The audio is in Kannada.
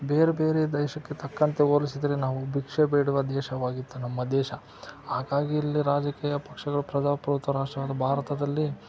ಬೇರೆ ಬೇರೆ ದೇಶಕ್ಕೆ ತಕ್ಕಂತೆ ಹೋಲ್ಸಿದ್ರೆ ನಾವು ಭಿಕ್ಷೆ ಬೇಡುವ ದೇಶವಾಗಿತ್ತು ನಮ್ಮ ದೇಶ ಹಾಗಾಗಿ ಇಲ್ಲಿ ರಾಜಕೀಯ ಪಕ್ಷಗಳು ಪ್ರಜಾಪ್ರಭುತ್ವ ರಾಷ್ಟ್ರವಾದ ಭಾರತದಲ್ಲಿ